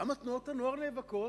למה תנועות הנוער נאבקות?